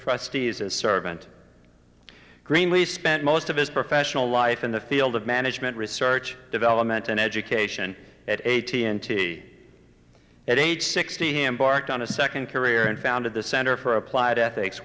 trustees a servant green we spent most of his professional life in the field of management research development and education at eighty and t at age sixty him barked on a second career and founded the center for applied ethics